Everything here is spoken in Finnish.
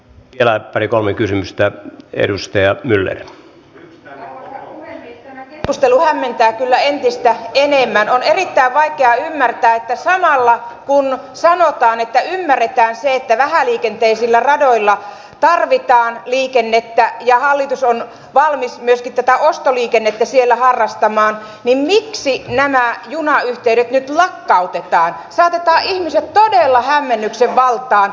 elää pari kolme kysymystä edustaja mylle nostelu hämmentää kyllä entistä enemmän on erittäin vaikea ymmärtää ja samalla kun sanotaan ettei ymmärretään se että vähäliikenteisillä radoilla tarvitaan liikennettä ja hallitus on valmis myöskin tätä ostoliikennettä siellä harrastamaan niin miksi nämä junayhteydetilla tauti ja sade tai yli tuhannella hämmennyksen valtaan